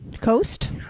Coast